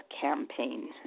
campaign